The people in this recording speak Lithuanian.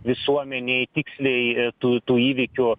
visuomenei tiksliai e tų tų įvykių